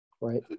right